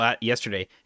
yesterday